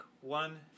one